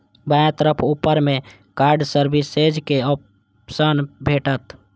बायां तरफ ऊपर मे कार्ड सर्विसेज के ऑप्शन भेटत